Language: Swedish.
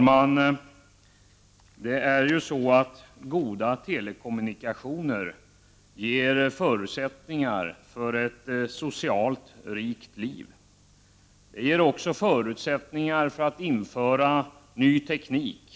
Herr talman! Goda telekommunikationer ger förutsättningar för ett socialt rikt liv. De ger också förutsättningar för att införa ny teknik.